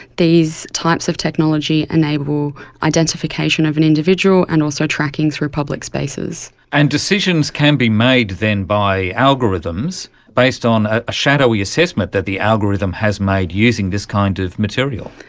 these types of technology enable identification of an individual and also tracking through public spaces. and decisions can be made then by algorithms based on a shadowy assessment that the algorithm has made using this kind of material.